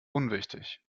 unwichtig